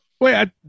Wait